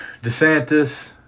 DeSantis